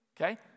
Okay